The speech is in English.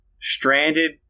stranded